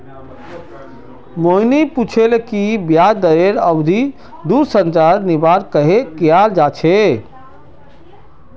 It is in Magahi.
मोहिनी पूछले कि ब्याज दरेर अवधि संरचनार निर्माण कँहे कियाल जा छे